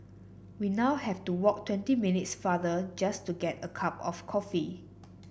we now have to walk twenty minutes farther just to get a cup of coffee